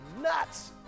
nuts